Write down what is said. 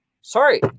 sorry